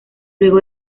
luego